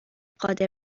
قادر